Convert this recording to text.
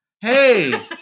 hey